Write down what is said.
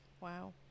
wow